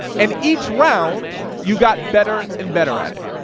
and each round, you got better and better at it.